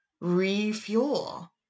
refuel